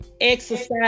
exercise